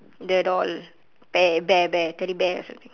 the doll bear bear bear teddy bear or something